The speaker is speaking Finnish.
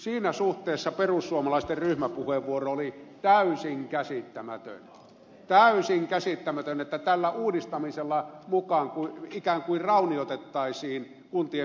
siinä suhteessa perussuomalaisten ryhmäpuheenvuoro oli täysin käsittämätön täysin käsittämätön että tällä uudistamisella ikään kuin raunioitettaisiin kuntien peruspalveluja